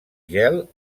gel